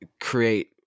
create